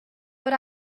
but